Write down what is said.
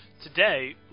Today